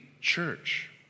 church